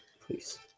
Please